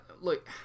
Look